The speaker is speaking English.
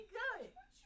good